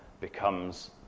becomes